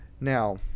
now